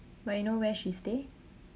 but you know where she stay